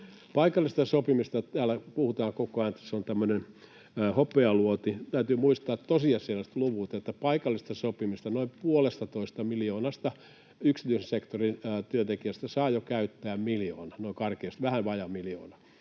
Paikallisesta sopimisesta täällä puhutaan koko ajan, että se on tämmöinen hopealuoti. Täytyy muistaa tosiasialliset luvut, että paikallista sopimista noin puolestatoista miljoonasta yksityisen sektorin työntekijästä saa jo käyttää miljoona — noin karkeasti, vähän vajaa miljoona